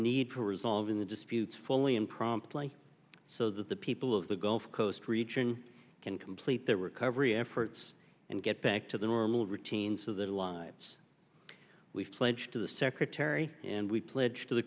need for resolving the disputes fully and promptly so that the people of the gulf coast region can complete their recovery efforts and get back to the normal routines of their lives we've pledged to the secretary and we pledge to the